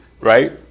right